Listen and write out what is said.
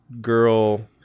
girl